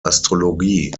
astrologie